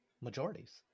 majorities